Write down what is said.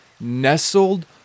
nestled